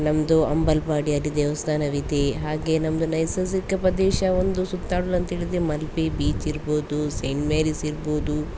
ನಮ್ಮದು ಅಂಬಲಪಾಡಿಯಲ್ಲಿ ದೇವಸ್ಥಾನವಿದೆ ಹಾಗೆ ನಮ್ಮದು ನೈಸಸಿಕ ಪ್ರದೇಶ ಒಂದು ಸುತ್ತಾಡಲು ಅಂತ ಹೇಳಿದರೆ ಮಲ್ಪೆ ಬೀಚ್ ಇರ್ಬೋದು ಸೈಂಟ್ ಮೇರಿಸ್ ಇರ್ಬೋದು